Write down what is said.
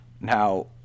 Now